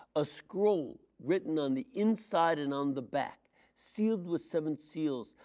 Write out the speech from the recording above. a scroll, written on the inside and on the back sealed with seven seals.